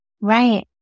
Right